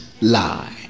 lie